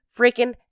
freaking